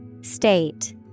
State